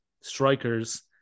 strikers